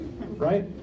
right